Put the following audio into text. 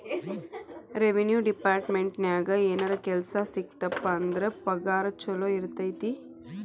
revenue ಡೆಪಾರ್ಟ್ಮೆಂಟ್ನ್ಯಾಗ ಏನರ ಕೆಲ್ಸ ಸಿಕ್ತಪ ಅಂದ್ರ ಪಗಾರ ಚೊಲೋ ಇರತೈತಿ